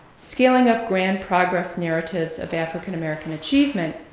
scaling up grand progress narratives of african-american achievement,